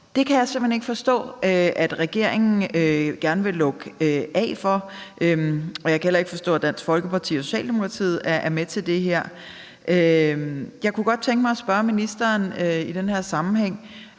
Det kan jeg simpelt hen ikke forstå regeringen gerne vil lukke af for. Jeg kan heller ikke forstå, at Dansk Folkeparti og Socialdemokratiet er med til det her. Jeg kunne i den her sammenhæng